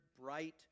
bright